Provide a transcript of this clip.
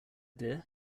dear